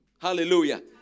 Hallelujah